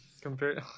Compare